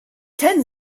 ten